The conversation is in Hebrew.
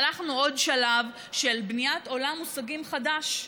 הלכנו עוד שלב בבניית עולם מושגים חדש,